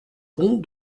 pont